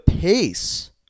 pace